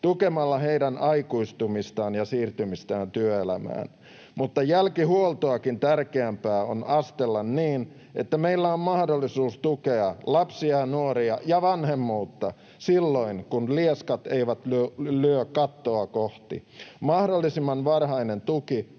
tukemalla heidän aikuistumistaan ja siirtymistään työelämään, mutta jälkihuoltoakin tärkeämpää on astella niin, että meillä on mahdollisuus tukea lapsia, nuoria ja vanhemmuutta silloin, kun lieskat eivät lyö kattoa kohti. Mahdollisimman varhainen tuki